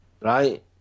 right